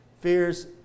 fears